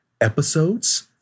Episodes